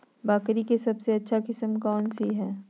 बकरी के सबसे अच्छा किस्म कौन सी है?